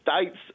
States